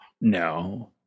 No